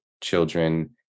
children